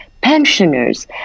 pensioners